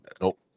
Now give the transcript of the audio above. no